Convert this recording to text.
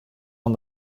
fan